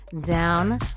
down